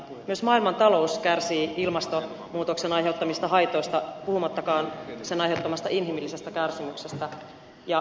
myös maailmantalous kärsii ilmastonmuutoksen aiheuttamista haitoista puhumattakaan sen aiheuttamasta inhimillisestä kärsimyksestä